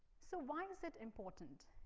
so, why is it important?